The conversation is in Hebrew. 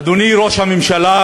אדוני ראש הממשלה,